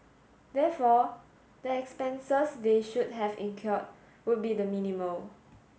therefore the expenses they should have incurred would be the minimal